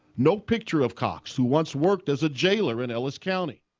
no picture of cox, who once worked as a jailer in ellis county.